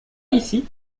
ici